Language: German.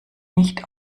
nicht